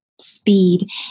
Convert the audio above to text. speed